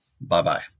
Bye-bye